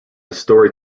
story